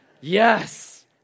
Yes